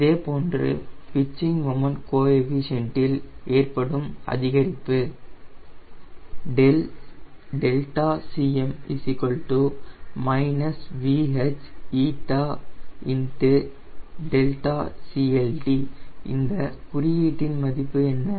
இதேபோன்று pitching moment கோஏஃபிஷியன்டில் ஏற்படும் அதிகரிப்பு Δ𝐶m VH𝜂Δ𝐶Lt இந்த குறியீட்டின் மதிப்பு என்ன